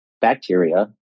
bacteria